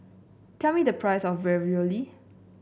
tell me the price of Ravioli